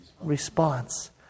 response